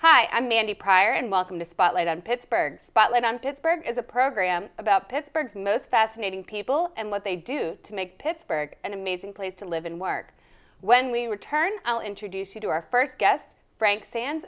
hi i'm mandy pryor and welcome to fight on pittsburgh spotlight on pittsburgh is a program about pittsburgh most fascinating people and what they do to make pittsburgh an amazing place to live and work when we return i'll introduce you to our first guest frank fans